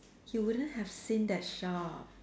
you wouldn't have seen that shop